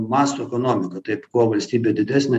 masto ekonomika taip kuo valstybė didesnė